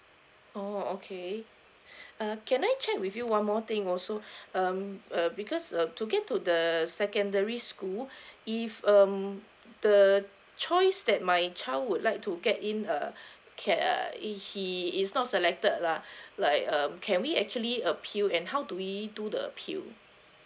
oh okay err can I check with you one more thing also um uh because uh to get to the secondary school if um the choice that my child would like to get in uh uh he is not selected lah like um can we actually appeal and how do we do to appeal